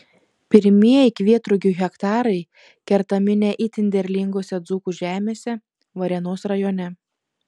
pirmieji kvietrugių hektarai kertami ne itin derlingose dzūkų žemėse varėnos rajone